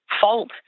Fault